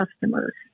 customers